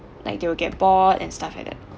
like they will get bored and stuff like that